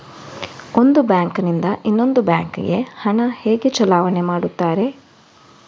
ಒಂದು ಬ್ಯಾಂಕ್ ನಿಂದ ಇನ್ನೊಂದು ಬ್ಯಾಂಕ್ ಗೆ ಹಣ ಹೇಗೆ ಚಲಾವಣೆ ಮಾಡುತ್ತಾರೆ?